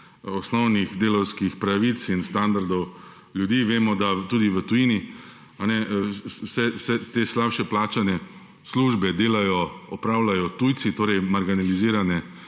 osnovnih delavskih pravic in standardov ljudi, vemo, da tudi v tujini, vse te slabše plačane službe delajo, opravljajo tujci, torej marginalizirane